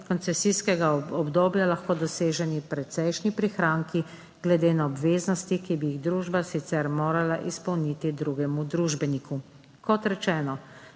koncesijskega obdobja lahko doseženi precejšnji prihranki glede na obveznosti, ki bi jih družba sicer morala izpolniti drugemu družbeniku. Kot rečeno,